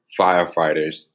firefighters